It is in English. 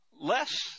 less